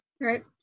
right